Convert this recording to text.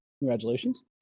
Congratulations